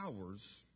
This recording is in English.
hours